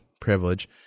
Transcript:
privilege